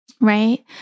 right